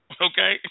okay